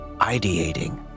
ideating